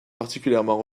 particulièrement